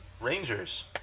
Rangers